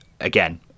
again